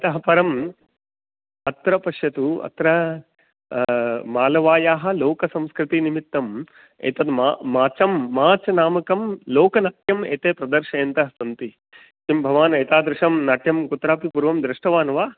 इतः परम् अत्र पश्यतु अत्र मालवायाः लोकसंस्कृतिनिमित्तम् एतद् मा माचं माच् नामकं लोकनृत्यम् एते प्रदर्शयन्तः सन्ति किं भवान् एतादृशं नाट्यं कुत्रापि पूर्वं दृष्टवान् वा